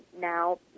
now